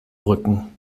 rücken